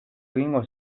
egingo